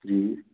जी